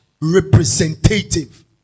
Representative